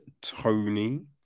Tony